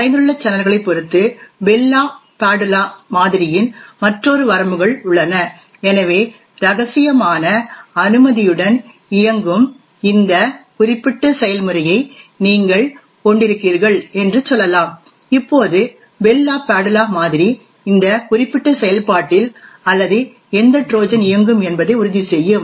மறைந்துள்ள சேனல்களைப் பொறுத்து Bell LaPadula மாதிரியின் மற்றொரு வரம்புகள் உள்ளன எனவே ரகசியமான அனுமதியுடன் இயங்கும் இந்த குறிப்பிட்ட செயல்முறையை நீங்கள் கொண்டிருக்கிறீர்கள் என்று சொல்லலாம் இப்போது பெல் லாபாதுலா மாதிரி இந்த குறிப்பிட்ட செயல்பாட்டில் அல்லது எந்த ட்ரோஜன் இயங்கும் என்பதை உறுதி செய்யும்